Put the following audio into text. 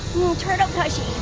turtle tushies.